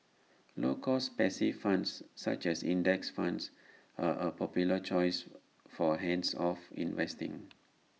low cost passive funds such as index funds are A popular choice for hands off investing